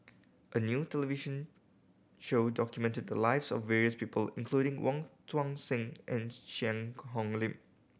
a new television show documented the lives of various people including Wong Tuang Seng and Cheang Hong Lim